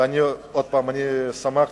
ושמחתי,